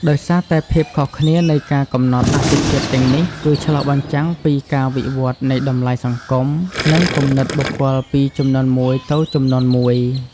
ដោយសារតែភាពខុសគ្នានៃការកំណត់អាទិភាពទាំងនេះ គឺឆ្លុះបញ្ចាំងពីការវិវត្តន៍នៃតម្លៃសង្គម និងគំនិតបុគ្គលពីជំនាន់មួយទៅជំនាន់មួយ។